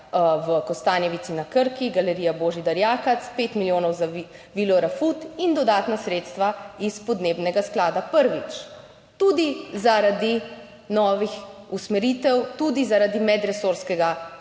v Kostanjevici na Krki, Galerija Božidar Jakac, 5 milijonov za Vilo Rafut in dodatna sredstva iz podnebnega sklada, prvič tudi zaradi novih usmeritev, tudi zaradi medresorskega